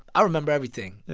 i remember everything,